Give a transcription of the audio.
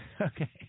Okay